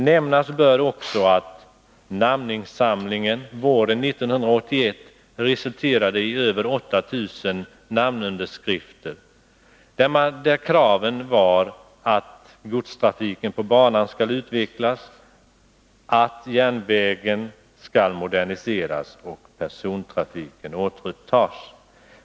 Nämnas bör också att namninsamlingen våren 1981 resulterade i över 8 000 namnunderskrifter, där kraven var att godstrafiken på banan skall utvecklas, att järnvägen skall moderniseras och att persontrafiken återupptas.